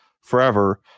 forever